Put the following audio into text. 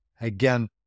again